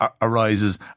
arises